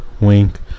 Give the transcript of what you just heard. wink